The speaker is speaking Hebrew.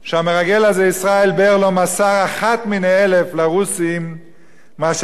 לא מסר אחת מני אלף לרוסים ממה שהתקשורת הישראלית מוסרת